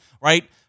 right